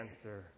answer